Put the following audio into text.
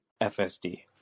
FSD